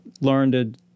learned